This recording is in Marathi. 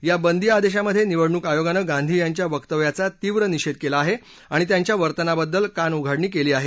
या बंदी आदेशामध्ये निवडणूक आयोगानं गांधी यांच्या वक्तव्याचा तीव्र निषेध केला आहे आणि त्यांच्या वर्तनाबद्दल कानउघाडणी केली आहे